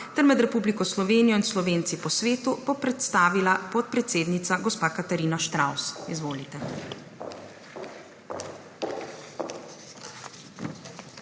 ter med Republiko Slovenijo in Slovenci po svetu, bo predstavila podpredsednica gospa Katarina Štravs. Izvolite.